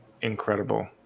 incredible